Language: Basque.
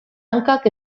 hankak